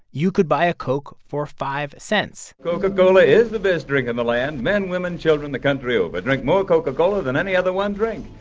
you could buy a coke for five cents coca-cola is the best drink in the land. men, women, children the country over drink more coca-cola than any other one drink.